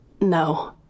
No